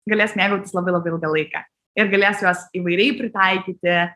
galės mėgautis labai labai ilgą laiką ir galės juos įvairiai pritaikyti